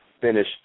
finish